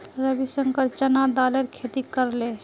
रविशंकर चना दालेर खेती करले